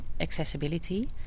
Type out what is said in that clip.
accessibility